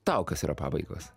tau kas yra pabaigos